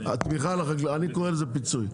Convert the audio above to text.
אני קורא לזה פיצוי.